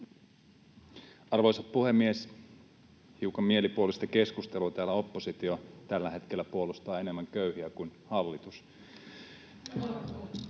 Arvoisa puhemies! Hiukan mielipuolista keskustelua. Täällä oppositio tällä hetkellä puolustaa enemmän köyhiä kuin hallitus.